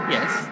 Yes